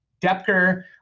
Depker